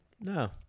No